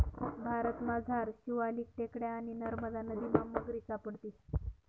भारतमझार शिवालिक टेकड्या आणि नरमदा नदीमा मगरी सापडतीस